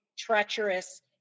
treacherous